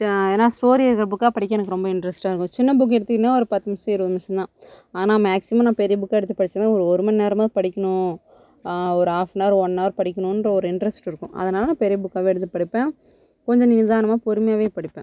ஆனால் ஸ்டோரி இருக்கற புக்காக படிக்க எனக்கு ரொம்ப இன்ட்ரஸ்ட்டாக இருக்கும் சின்ன புக்கு எடுத்திங்கன்னா ஒரு பத்து நிமிடம் இருபது நிமிடம் தான் ஆனால் மேக்ஸிமம் நான் பெரிய புக்காக எடுத்து படிச்சனால் ஒரு மணி நேரம் தான் படிக்கணும் ஒரு ஆஃப்பனவர் ஒன்னவர் படிக்கணுன்ற ஒரு இன்ட்ரஸ்ட் இருக்கும் அதனால நான் பெரிய புக்காக எடுத்து படிப்பேன் கொஞ்சம் நிதானமாக பொறுமையாக படிப்பேன்